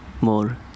more